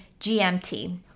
GMT